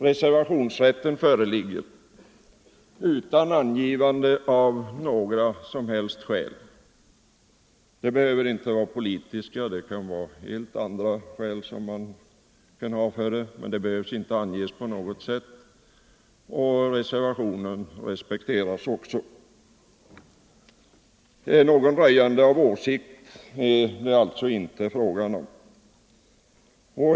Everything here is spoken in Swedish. Det föreligger rätt till reservation utan angivande av några skäl. Skälen för en sådan åtgärd behöver inte vara politiska utan kan vara helt andra, men de behöver inte på något sätt anges. Reservationen respekteras också. Något röjande av åsikt är det alltså inte fråga om.